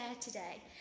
today